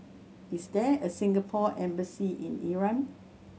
is there a Singapore Embassy in Iran